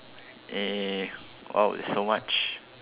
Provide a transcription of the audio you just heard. eh !wow! there's so much